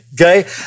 okay